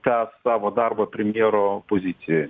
tęs savo darbą premjero pozicijoj